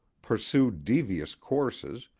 pursued devious courses,